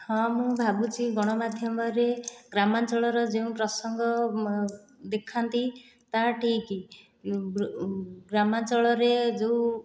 ହଁ ମୁଁ ଭାବୁଛି ଗଣମାଧ୍ୟମରେ ଗ୍ରାମାଞ୍ଚଳର ଯେଉଁ ପ୍ରସଙ୍ଗ ଦେଖାନ୍ତି ତାହା ଠିକ ଗ୍ରାମାଞ୍ଚଳରେ ଯେଉଁ